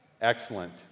Excellent